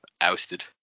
ousted